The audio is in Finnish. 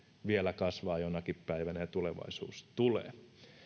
vielä kasvaa jonakin päivänä ja tulevaisuus tulee